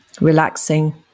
relaxing